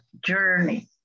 journey